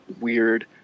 weird